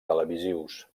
televisius